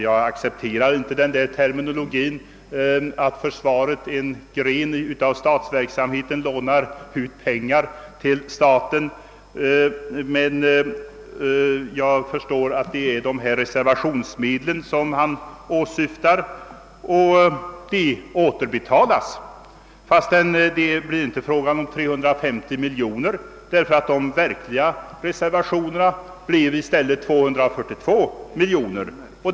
Jag accepterar inte den terminologin att försvaret, alltså en gren av statsverksamheten, lånar ut pengar till staten, men jag förstår att det är reservationsmedlen som herr Bohman åsyftar. Med anledning därav vill jag säga att dessa reservationsmedel återbetalas, fastän det inte blir fråga om 350 miljoner, ty de verkliga reservationerna blev i stället 242 miljoner.